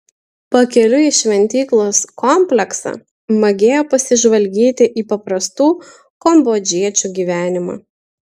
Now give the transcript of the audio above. pakeliui į šventyklos kompleksą magėjo pasižvalgyti į paprastų kambodžiečių gyvenimą